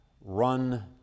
run